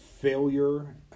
failure